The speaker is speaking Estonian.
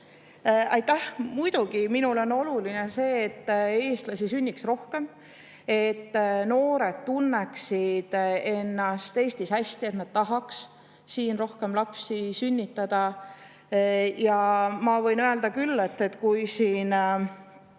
Aitäh! Muidugi, minule on oluline see, et eestlasi sünniks rohkem, et noored tunneksid ennast Eestis hästi ja nad tahaks siin rohkem lapsi sünnitada. Eelmine ettekandja ütles, et ei meenu